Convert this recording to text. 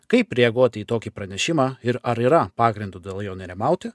kaip reaguoti į tokį pranešimą ir ar yra pagrindo dėl jo nerimauti